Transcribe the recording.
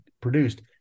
produced